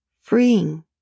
freeing